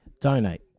donate